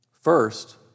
First